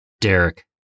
Derek